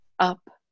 up